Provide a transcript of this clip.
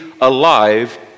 alive